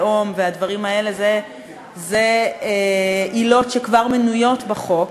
לאום והדברים האלה הם עילות שכבר מנויות בחוק,